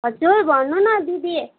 हजुर भन्नु न दिदी